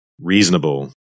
reasonable